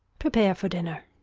prepare for dinner.